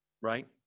right